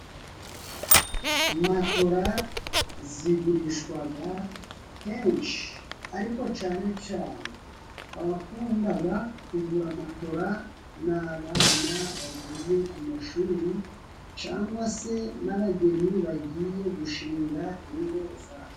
Matola zigurishwa henshi, ariko cyane cyane abakunda kugura amatora, ni abana bagiye ku mashuri cyangwa se n'abageni bagiye gushinga ingo zabo.